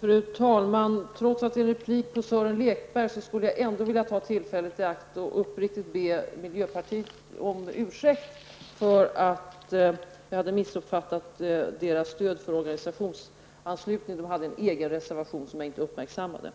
Fru talman! Jag skulle vilja ta tillfället i akt och uppriktigt be miljöpartiet om ursäkt för att jag har missuppfattat deras stöd för organisationsanslutningen. De hade en egen reservation som jag inte uppmärksammade.